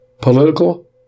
political